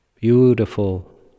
beautiful